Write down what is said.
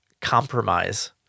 compromise